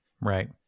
Right